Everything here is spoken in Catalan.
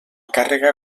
càrrega